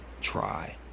try